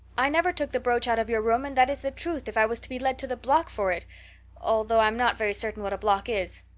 i never took the brooch out of your room and that is the truth, if i was to be led to the block for it although i'm not very certain what a block is.